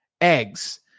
eggs